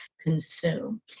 consume